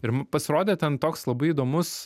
ir pasirodė ten toks labai įdomus